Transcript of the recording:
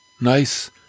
nice